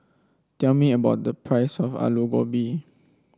tell me about the price of Alu Gobi